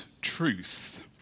truth